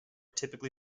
typically